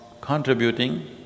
contributing